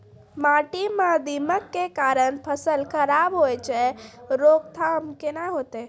माटी म दीमक के कारण फसल खराब होय छै, रोकथाम केना होतै?